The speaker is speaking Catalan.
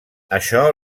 això